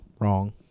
Wrong